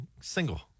single